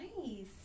nice